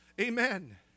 Amen